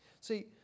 See